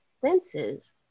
senses